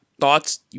Thoughts